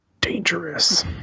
Dangerous